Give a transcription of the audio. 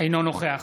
אינו נוכח